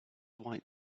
white